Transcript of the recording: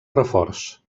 reforç